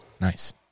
Nice